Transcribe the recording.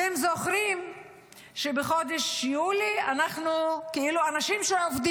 אתם זוכרים שבחודש יולי אנשים שעובדים